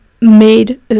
made